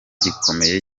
gikomeye